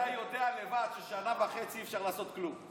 אתה יודע לבד שבשנה וחצי אי-אפשר לעשות כלום.